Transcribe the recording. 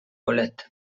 bolet